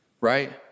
right